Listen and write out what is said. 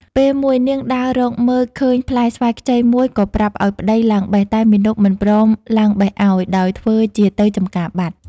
ពេលមួយនាងដើររកមើលឃើញផ្លែស្វាយខ្ចីមួយក៏ប្រាប់ឲ្យប្ដីឡើងបេះ តែមាណពមិនព្រមឡើងបេះឲ្យ ដោយធ្វើជាទៅចម្ការបាត់ ។